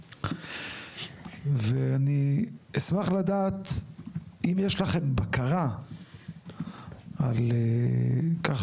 ואני אשמח לדעת אם יש לכם בקרה על כך